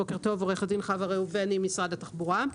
עורכת דין חוה ראובני, משרד התחבורה.